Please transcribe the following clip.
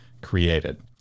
created